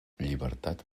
llibertat